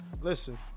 Listen